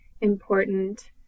important